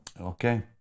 Okay